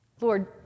Lord